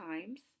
times